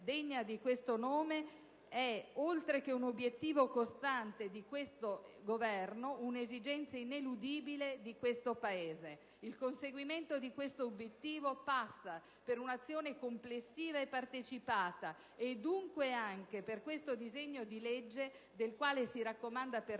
degna di questo nome è, oltre che un obiettivo costante di questo Governo, un'esigenza ineludibile di questo Paese. Il conseguimento di questo obiettivo passa per un'azione complessiva e partecipata e, dunque, anche per questo disegno di legge, del quale si raccomanda